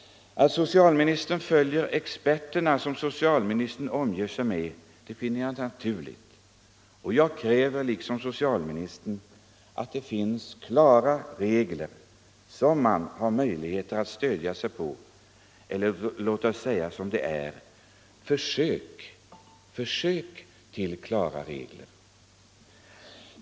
Att socialministern följer experterna som socialstyrelsen omger sig med finner jag naturligt, och jag kräver liksom socialministern att det finns klara regler som man har möjligheter att stödja sig på. Eller låt oss säga som det är: försök till klara regler.